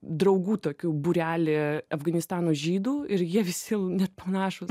draugų tokių būrelį afganistano žydų ir jie visi nepanašūs